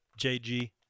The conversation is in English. jg